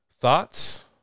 thoughts